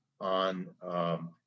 on –